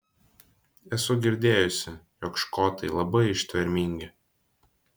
esu girdėjusi jog škotai labai ištvermingi